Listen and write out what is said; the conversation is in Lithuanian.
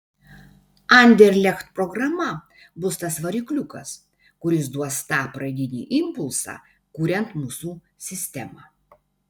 anderlecht programa bus tas varikliukas kuris duos tą pradinį impulsą kuriant mūsų sistemą